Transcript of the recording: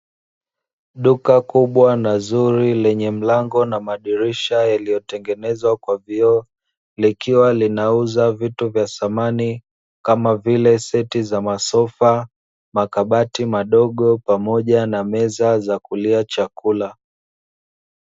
Duka kubwa na zuri lenye mlango na madirisha yaliyotengenezwa kwa vioo, likiwa linauza vitu vya samani kama vile seti za masofa, makabati madogo pamoja na meza za kulia chakula.